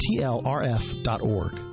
tlrf.org